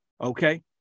okay